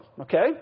Okay